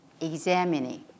examining